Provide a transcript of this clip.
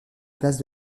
place